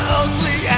ugly